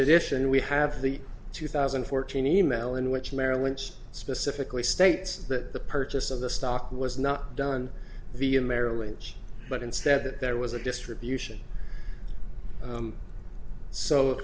addition we have the two thousand and fourteen email in which merrill lynch specifically states that the purchase of the stock was not done via merrill lynch but instead that there was a distribution